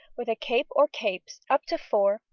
with a cape or capes, up to four,